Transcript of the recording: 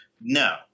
no